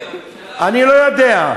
אני לא יודע.